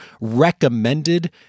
recommended